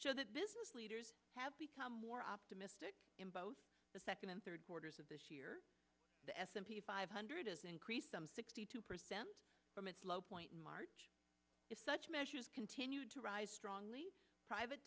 show that business leaders have become more optimistic in both the second and third quarters of this year the s and p five hundred increased them sixty two percent from its low point in march if such measures continue to rise strongly private